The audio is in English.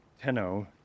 Tenno